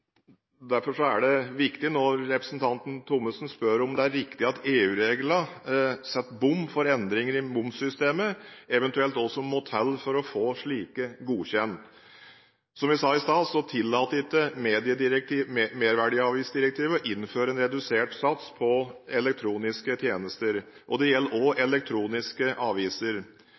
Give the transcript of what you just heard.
Derfor er dette viktig – når representanten Thommessen spør om det er riktig at EU-reglene setter bom for endringer i momssystemet, eventuelt hva som må til for å få slike godkjent. Som jeg sa i sted, tillater ikke merverdiavgiftsdirektivet å innføre en redusert sats på elektroniske tjenester. Det gjelder også elektroniske aviser.